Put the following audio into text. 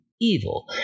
evil